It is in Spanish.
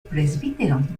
presbítero